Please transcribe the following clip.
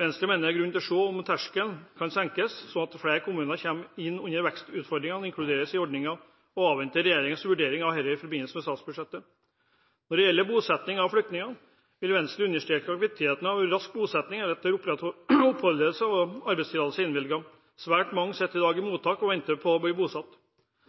Venstre mener det er grunn til å se på om terskelen kan senkes, slik at flere kommuner med vekstutfordringer inkluderes i ordningen, og avventer regjeringens vurdering av dette i forbindelse med statsbudsjettet. Når det gjelder bosetting av flyktninger, vil Venstre understreke viktigheten av rask bosetting etter at oppholds- og arbeidstillatelse er innvilget. Svært mange sitter i dag i mottak og venter på å bli bosatt.